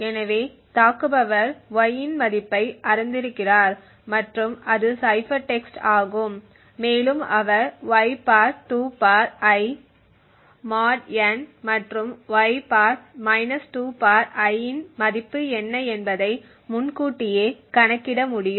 எனவே தாக்குபவர் y இன் மதிப்பை அறிந்திருக்கிறார் மற்றும் அது சைபர் டெக்ஸ்ட் ஆகும் மேலும் அவர் y 2 I mod n மற்றும் y 2 I இன் மதிப்பு என்ன என்பதை முன்கூட்டியே கணக்கிட முடியும்